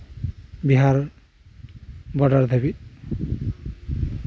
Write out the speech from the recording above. Bihar border ᱫᱷᱟᱹᱵᱤᱡ